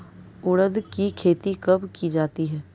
उड़द की खेती कब की जाती है?